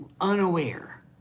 unaware